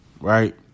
Right